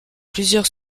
plusieurs